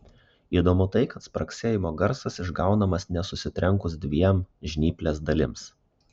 įdomu tai kad spragsėjimo garsas išgaunamas ne susitrenkus dviem žnyplės dalims